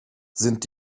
sind